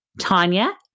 Tanya